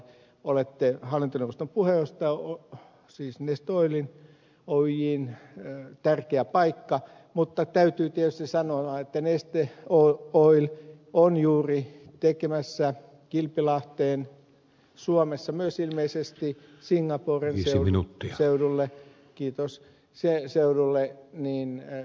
olette hallintoneuvoston puheenjohtaja siis neste oil oyjn tärkeällä paikalla mutta täytyy tietysti sanoa että neste oil on juuri tekemässä kilpilahteen suomessa ja myös ilmeisesti singaporen seudulle kiitos se ei seudulle niin ja